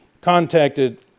contacted